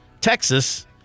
Texas